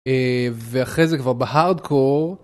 ואחרי זה כבר בהארד-קור.